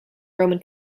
roman